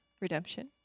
Redemption